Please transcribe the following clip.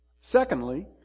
Secondly